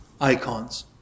icons